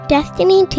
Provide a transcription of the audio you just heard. Destiny